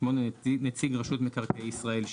נציג רשות מקרקעי ישראל,